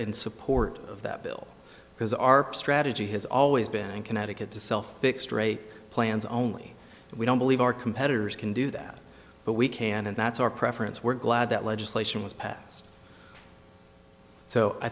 in support of that bill because our strategy has always been in connecticut to sell fixed rate plans only we don't believe our competitors can do that but we can and that's our preference we're glad that legislation was passed so i